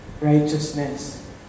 righteousness